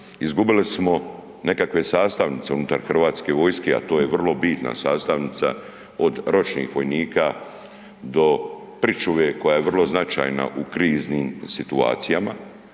izgubili smo nekakve sastavnice unutar hrvatske vojske a to je vrlo bitna sastavnica od ročnih vojnika do pričuve koja je vrlo značajna u kriznim situacijama